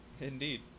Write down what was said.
Indeed